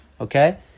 okay